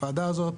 שהוועדה הזאת